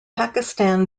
pakistan